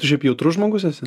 tu šiaip jautrus žmogus esi